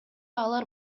алар